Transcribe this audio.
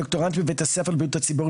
דוקטורנט בבית הספר לבריאות הציבור,